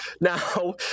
now